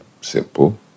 simple